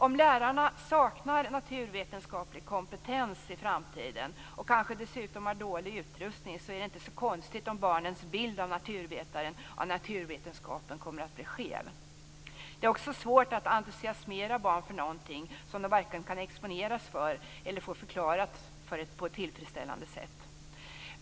Om lärarna saknar naturvetenskaplig kompetens i framtiden och dessutom kanske har dålig utrustning är det inte så konstigt om barnens bild av naturvetaren och naturvetenskapen kommer att bli skev. Det är också svårt att entusiasmera barn för någonting som de varken kan exponeras för eller få förklarat på ett tillfredsställande sätt.